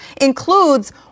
includes